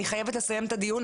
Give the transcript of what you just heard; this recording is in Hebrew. אני חייבת לסיים את הדיון,